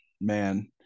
man